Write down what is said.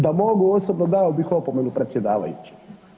Da mogu osobno dao bih opomenu predsjedavajućem.